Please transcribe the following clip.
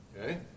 Okay